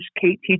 Kate